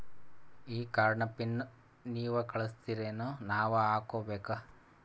ಈ ಕಾರ್ಡ್ ನ ಪಿನ್ ನೀವ ಕಳಸ್ತಿರೇನ ನಾವಾ ಹಾಕ್ಕೊ ಬೇಕು?